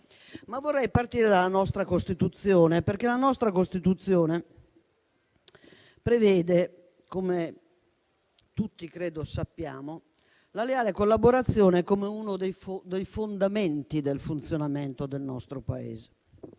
Vorrei partire dalla nostra Costituzione, perché essa prevede - come tutti noi credo sappiamo - la leale collaborazione come uno dei fondamenti del funzionamento del nostro Paese.